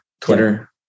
Twitter